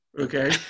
okay